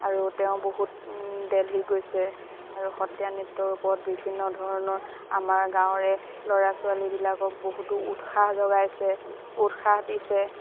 আৰু তেওঁ বহুত দেলহিত গৈছে আৰু সত্ৰীয়া নৃত্যৰ ওপৰত বিভিন্ন ধৰণৰ আমাৰ গাঁৱৰে ল'ৰা ছোৱালীবিলাকক বহুতো উৎসাহ যোগাইছে উৎসাহ দিছে